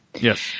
Yes